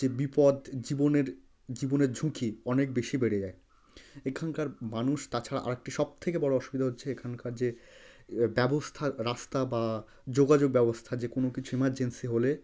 যে বিপদ জীবনের জীবনের ঝুঁকি অনেক বেশি বেড়ে যায় এখানকার মানুষ তাছাড়া আরেকটি সব থেকে বড় অসুবিধা হচ্ছে এখানকার যে ব্যবস্থা রাস্তা বা যোগাযোগ ব্যবস্থা যে কোনো কিছু এমার্জেন্সি হলে